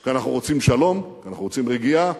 כי אנחנו רוצים שלום, כי אנחנו רוצים רגיעה,